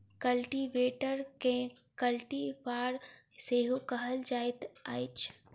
कल्टीवेटरकेँ कल्टी फार सेहो कहल जाइत अछि